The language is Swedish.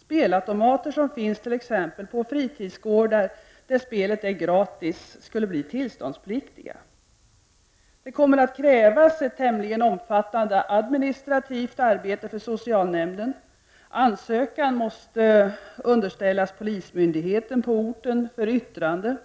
Spelautomater som finns t.ex. på fridtidsgårdar där spelet är gratis skulle bli tillståndspliktiga. Det kommer att krävas ett tämligen omfattande administrativt arbete av socialnämden. Ansökan måste underställas polismyndigheten på orten för yttrande.